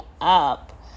up